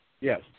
Yes